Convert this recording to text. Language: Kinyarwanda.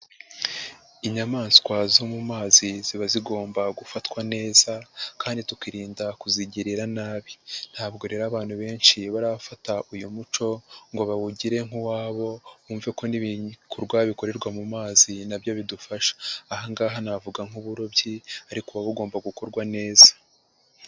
Inyamaswa zo mu mazi ziba zigomba gufatwa neza kandi tukirinda kuzigirira nabi, ntabwo rero abantu benshi barafata uyu muco ngo bawugire nk'uwabo bumve ko n'ibiku bikorerwa mu mazi nabyo bidufasha, aha ngaha navuga nk'uburobyi ariko kubaba bugomba gukorwa neza.